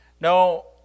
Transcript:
No